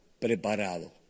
preparado